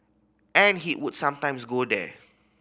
and he would sometimes go there